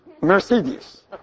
Mercedes